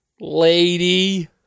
Lady